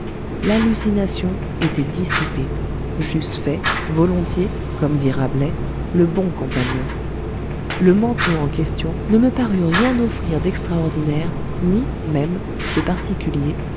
l'hallucination était dissipée j'eusse fait volontiers comme dit rabelais le bon compagnon le manteau en question ne me parut rien offrir d'extraordinaire ni même de particulier